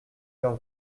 leur